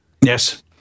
Yes